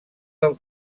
del